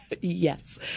Yes